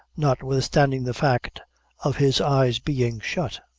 notwithstanding the fact of his eyes being shut.